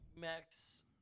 Max